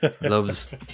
Loves